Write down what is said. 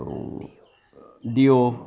dio